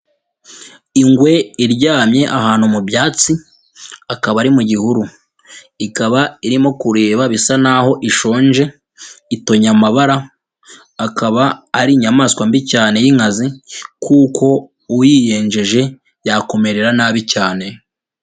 Ingwe iryamye ahantu mu byatsi akaba ari mu gihuru, ikaba irimo kureba bisa naho ishonje itonye amabara akaba ari inyamaswa mbi cyane y'inkazi kuko uyiyenjeje yakumerera nabi cyane.